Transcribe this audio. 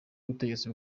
butegetsi